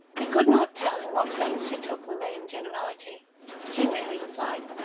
he could not tell in what sense she took the lame generality she merely replied,